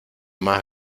más